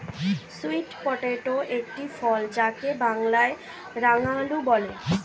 sweet potato একটি ফল যাকে বাংলায় রাঙালু বলে